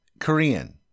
Korean